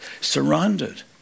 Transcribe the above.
surrounded